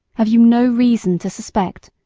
have you no reason to suspect,